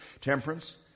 temperance